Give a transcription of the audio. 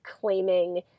claiming